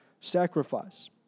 Sacrifice